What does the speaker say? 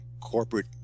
corporate